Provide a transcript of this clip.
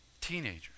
teenagers